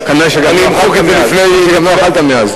כנראה גם לא אכלת מאז.